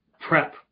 prep